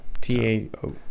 T-A-O